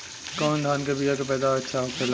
कवन धान के बीया के पैदावार अच्छा होखेला?